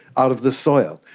out of the soil.